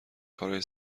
کارای